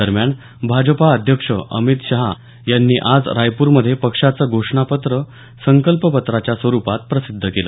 दरम्यान भाजपा अध्यक्ष अमित शहा यांनी आज रायप्रमध्ये पक्षाचं घोषणापत्र संकल्प पत्राच्या स्वरुपात प्रसिध्द केलं